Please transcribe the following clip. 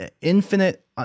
infinite